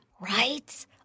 Right